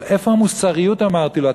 אבל איפה המוסריות, אמרתי לו.